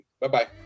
Bye-bye